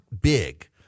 big